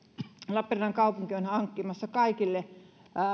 lappeenrannan kaupunki on hankkimassa kaikille